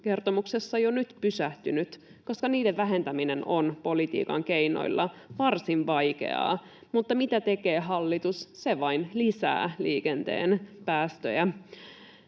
ilmastovuosikertomuksessa jo nyt pysähtynyt, koska niiden vähentäminen on politiikan keinoilla varsin vaikeaa, mutta mitä tekee hallitus? Se vain lisää liikenteen päästöjä.